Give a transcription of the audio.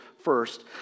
first